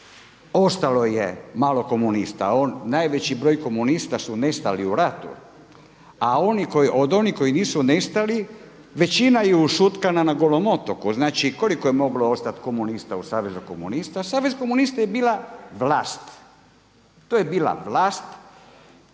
ostalo je malo komunista. Najveći dio komunista su nestali u ratu, a od onih koji nisu nestali većina je ušutkana na Golom otoku. Znači, koliko je moglo ostati komunista u Savezu komunista? Savez komunista je bila vlast. To je bila vlast